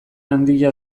handia